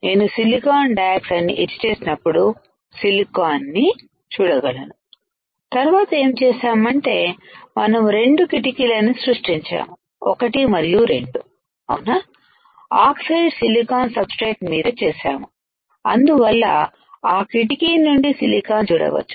నేను silicon dioxide ని etch చేసినప్పుడు సిలికాన్ ని చూడగలను తర్వాత ఏం చేశామంటే మనం 2 కిటికీలను సృష్టించాం 1 మరియు 2 అవునా ఆక్సైడ్ సిలికాన్ సబ్ స్ట్రేట్ మీద చేసాము అందువల్ల ఆ కిటికీ నుండి సిలికాన్ చూడవచ్చు